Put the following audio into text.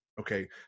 Okay